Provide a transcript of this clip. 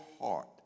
heart